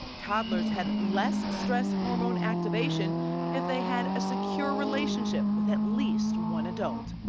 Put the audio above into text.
toddlers had less stress hormone activation if they had a secure relationship with at least one adult.